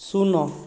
ଶୂନ